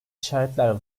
işaretler